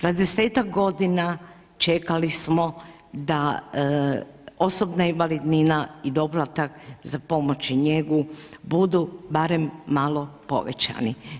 20-tak godina čekali smo da osobna invalidnina i doplatak za pomoć i njegu budu barem malo povećani.